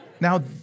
Now